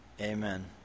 amen